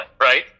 right